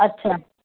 अछा